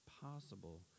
possible